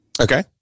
Okay